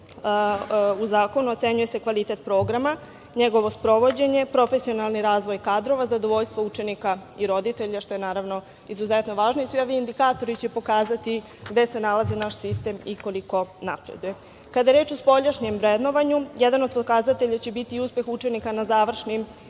u zakonu, ocenjuje se kvalitet programa, njegovo sprovođenje, profesionalni razvoj kadrova, zadovoljstvo učenika i roditelja, što je naravno izuzetno važno, i svi ovi indikatori će pokazati gde se nalazi naš sistem i koliko napreduje. Kada je reč o spoljašnjem vrednovanju, jedan od pokazatelja će biti uspeh učenika na završnim